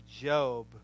Job